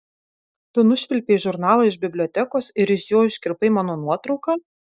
tu nušvilpei žurnalą iš bibliotekos ir iš jo iškirpai mano nuotrauką